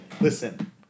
Listen